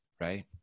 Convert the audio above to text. Right